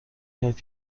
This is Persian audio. کرد